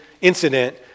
incident